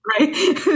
Right